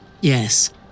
Yes